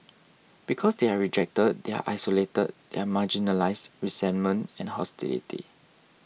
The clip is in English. because they are rejected they are isolated they are marginalised resentment and hostility